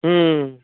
ᱦᱩᱸ